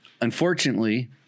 Unfortunately